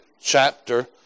chapter